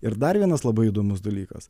ir dar vienas labai įdomus dalykas